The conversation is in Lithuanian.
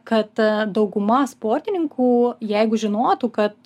kad dauguma sportininkų jeigu žinotų kad